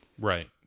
right